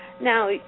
Now